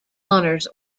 honors